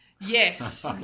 Yes